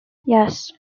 yes